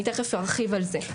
אני תיכף ארחיב על זה.